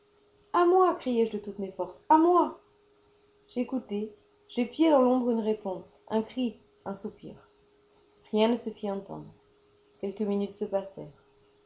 a moi criai-je de toutes mes forces à moi j'écoutai j'épiai dans l'ombre une réponse un cri un soupir rien ne se fit entendre quelques minutes se